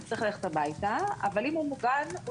יצטרך ללכת הביתה אבל אם הוא מוגן הוא